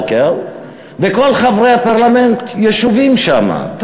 שכל חברי הפרלמנט והממשלה והנשיא יושבים שם מהבוקר,